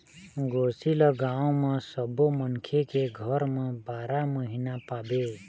गोरसी ल गाँव म सब्बो मनखे के घर म बारा महिना पाबे